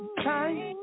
time